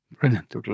Brilliant